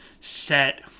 set